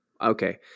Okay